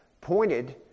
pointed